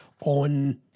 on